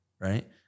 right